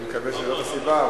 אני מקווה שזו הסיבה,